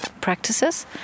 practices